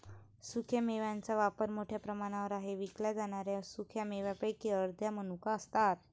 सुक्या मेव्यांचा वापर मोठ्या प्रमाणावर आहे विकल्या जाणाऱ्या सुका मेव्यांपैकी अर्ध्या मनुका असतात